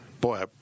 Boy